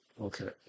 Okay